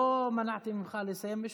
אמרתי לך תודה רבה, לא מנעתי ממך לסיים משפט.